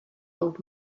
old